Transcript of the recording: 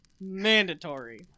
Mandatory